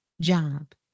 job